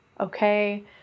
Okay